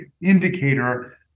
indicator